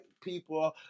people